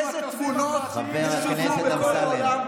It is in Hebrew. איזה תמונות ישודרו בכל העולם?